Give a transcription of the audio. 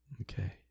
Okay